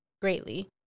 greatly